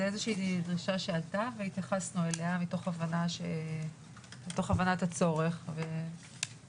זו איזה שהיא דרישה שעלתה והתייחסנו אליה מתוך הבנת הצורך וזהו,